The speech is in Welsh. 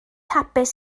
hapus